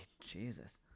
Jesus